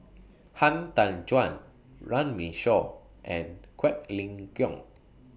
Han Tan Juan Runme Shaw and Quek Ling Kiong